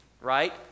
right